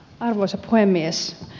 arvoisa puhemies